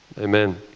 Amen